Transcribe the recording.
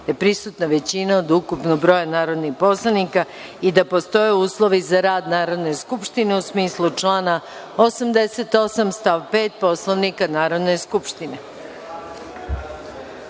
da je prisutna većina od ukupnog broja narodnih poslanika i da postoje uslovi za rad Narodne skupštine u smislu člana 88. stav 5. Poslovnika Narodne skupštine. Pre